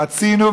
רצינו,